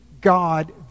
God